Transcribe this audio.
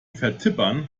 vertippern